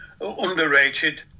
underrated